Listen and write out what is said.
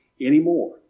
anymore